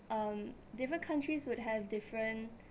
um different countries would have different